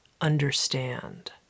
understand